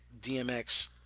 DMX